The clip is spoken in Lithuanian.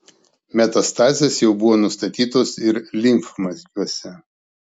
metastazės jau buvo nustatytos ir limfmazgiuose